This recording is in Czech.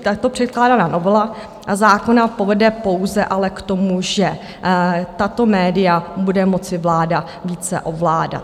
tato předkládaná novela zákona povede pouze ale k tomu, že tato média bude moci vláda více ovládat.